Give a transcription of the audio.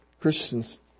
Christians